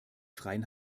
freien